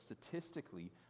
statistically